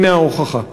הנה ההוכחה.